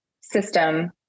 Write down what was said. system